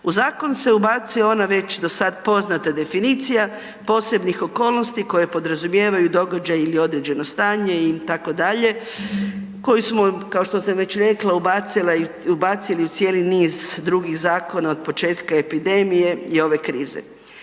U zakon se ubacuje ona već do sada poznata definicija posebnih okolnosti koje podrazumijevaju događaje ili određeno stanje itd., koji smo kao što sam već rekla, ubacili u cijeli niz drugih zakona od početka epidemije i ove krize.